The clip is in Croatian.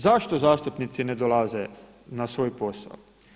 Zašto zastupnici ne dolaze na svoj posao?